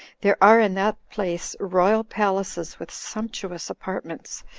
there are in that place royal palaces, with sumptuous apartments,